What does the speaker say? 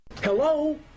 Hello